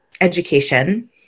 education